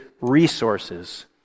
resources